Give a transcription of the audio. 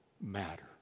matter